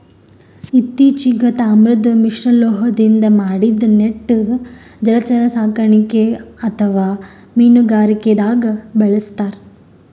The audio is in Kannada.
ಇತ್ತಿಚೀಗ್ ತಾಮ್ರದ್ ಮಿಶ್ರಲೋಹದಿಂದ್ ಮಾಡಿದ್ದ್ ನೆಟ್ ಜಲಚರ ಸಾಕಣೆಗ್ ಅಥವಾ ಮೀನುಗಾರಿಕೆದಾಗ್ ಬಳಸ್ತಾರ್